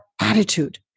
attitude